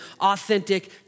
authentic